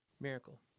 Miracle